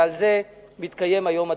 ועל זה מתקיים היום הדיון.